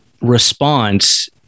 response